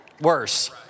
Worse